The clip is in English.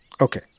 Okay